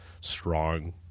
strong